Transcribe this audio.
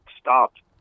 stopped